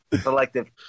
Selective